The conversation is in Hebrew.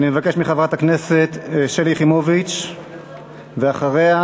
אני מבקש מחברת הכנסת שלי יחימוביץ, ואחריה,